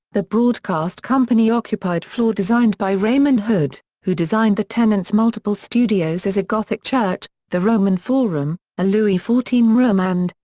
the broadcast company occupied floor designed by raymond hood who designed the tenant's multiple studios as a gothic church, the roman forum, a louis xiv room and,